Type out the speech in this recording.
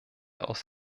aus